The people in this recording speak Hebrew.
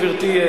גברתי,